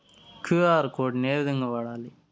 QR code ను ఏ విధంగా వాడాలి?